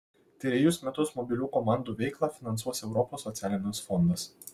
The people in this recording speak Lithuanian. trejus metus mobilių komandų veiklą finansuos europos socialinis fondas